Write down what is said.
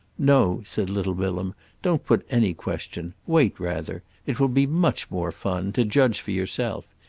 no, said little bilham don't put any question wait, rather it will be much more fun to judge for yourself.